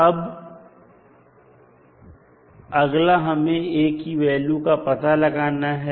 अब अगला हमें A की वैल्यू का पता लगाना है